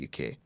uk